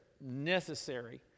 necessary